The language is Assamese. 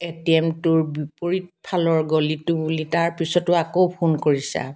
এ টি এমটোৰ বিপৰীত ফালৰ গলিটো বুলি তাৰ পিছতো আকৌ ফোন কৰিছা